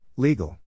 Legal